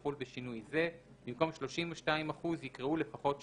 (2)סעיף 3(ג)(1) יחול בשינוי זה: במקום "32%" יקראו "לפחות 30%"."